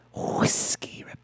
Whiskey